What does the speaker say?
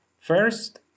first